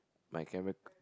my camera